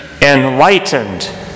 enlightened